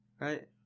Right